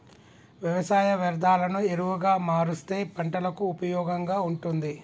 వ్యవసాయ వ్యర్ధాలను ఎరువుగా మారుస్తే పంటలకు ఉపయోగంగా ఉంటుంది